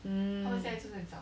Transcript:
um